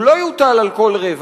הוא לא יוטל על כל רווח,